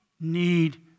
need